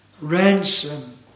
ransom